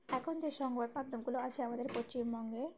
এখন যে সংবাদ মাধ্যমগুলো আছে আমাদের পশ্চিমবঙ্গে